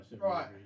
Right